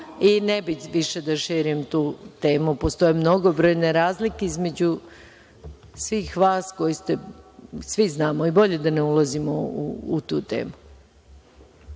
Ne bih više da širim tu temu. Postoje mnogobrojne razlike između svih vas, svi znamo, bolje da ne ulazimo u tu temu.